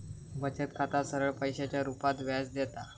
बचत खाता सरळ पैशाच्या रुपात व्याज देता